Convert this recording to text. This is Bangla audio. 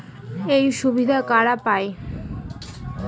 এই সুবিধা কারা পায়?